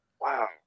Wow